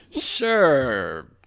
Sure